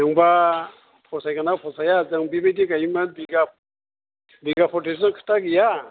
नोंबा फसायगोनना फसाया जों बेबायदि गायोमोन बिगा फरथेसो खोथा गैया